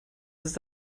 ist